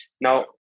Now